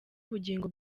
ubugingo